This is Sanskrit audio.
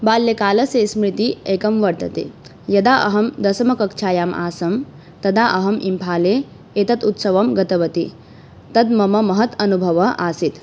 बाल्यकालस्य स्मृतिः एका वर्तते यदा अहं दशमीकक्षायाम् आसं तदा अहम् इम्फाले एतत् उत्सवं गतवती तद् मम महत् अनुभवः आसीत्